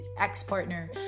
ex-partner